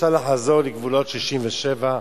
שאפשר לחזור לגבולות 67'?